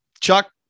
Chuck